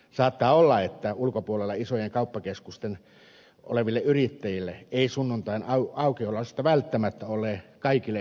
saattaa olla että ulkopuolella isojen kauppakeskusten oleville yrittäjille ei sunnuntain aukiolosta välttämättä ole kaikille hyötyä